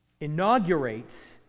inaugurates